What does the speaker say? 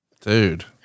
Dude